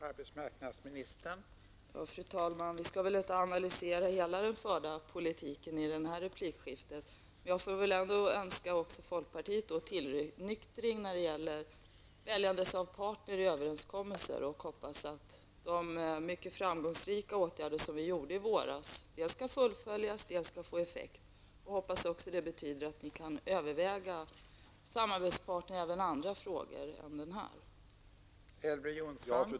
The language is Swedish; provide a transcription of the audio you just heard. Fru talman! Vi skall väl inte analysera hela den förda politiken i den här debatten. Jag önskar också folkpartiet tillnyktring när det gäller att välja partner i överenskommelser. Jag hoppas att de mycket framgångsrika åtgärder som vi vidtog i våras dels skall fullföljas, dels skall få effekt. Jag hoppas också att det betyder att ni kan överväga samarbetspartner även när det gäller andra frågor än den här.